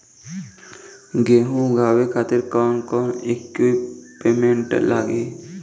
गेहूं उगावे खातिर कौन कौन इक्विप्मेंट्स लागी?